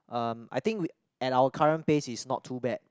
um I think we at our current pace is not too bad